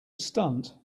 stunt